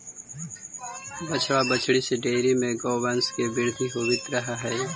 बछड़ा बछड़ी से डेयरी में गौवंश के वृद्धि होवित रह हइ